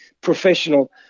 professional